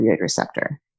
receptor